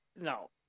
no